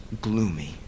gloomy